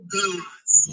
gods